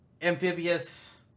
amphibious